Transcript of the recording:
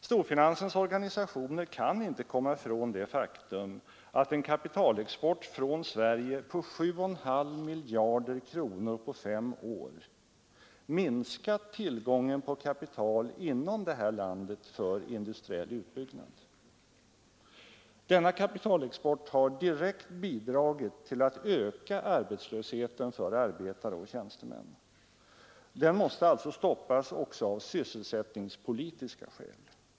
Storfinansens organisationer kan inte komma ifrån det faktum att en kapitalexport från Sverige på 7,5 miljarder kronor under fem år har minskat tillgången på kapital inom landet för industriell utbyggnad. Denna kapitalexport har direkt bidragit till att öka arbetslösheten för arbetare och tjänstemän. Den måste alltså stoppas också av sysselsättningspolitiska skäl.